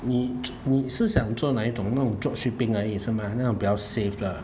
你你是想做哪一种那种 drop shipping 而已是吗那种比较 save lah